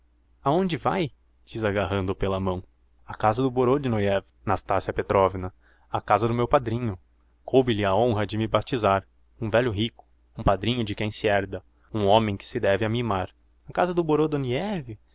aonde vae diz agarrando-o pela mão a casa do borodoniev nastassia petrovna a casa do meu padrinho coube lhe a honra de me baptizar um velho rico um padrinho de quem se herda um homem que se deve amimar a casa do